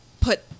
put